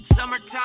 Summertime